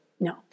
No